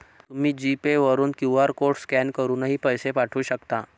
तुम्ही G Pay वरून QR code scan करूनही पैसे पाठवू शकता